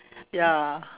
ya